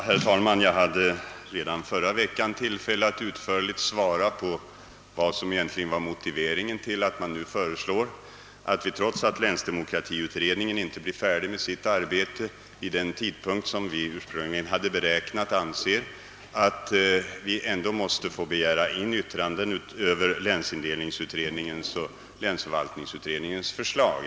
Herr talman! Jag hade förra veckan tillfälle att utförligt svara på frågan vad som var motivet för att vi nu, trots att länsdemokratiutredningen inte blir färdig med sitt arbete vid den tidpunkt som beräknats, ändå anser oss behöva begära in yttrandena över länsindelningsutredningens betänkande och länsförvaltningsutredningens förslag.